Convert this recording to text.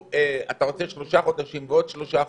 אתה רוצה שלושה חודשים ועוד שלושה חודשים,